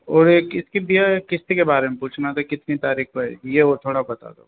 और एक इसकी भैया किस्त के बारे में पूछना था कितनी तारिख को आएगी ये वो थोड़ा बता दो बस